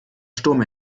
sturm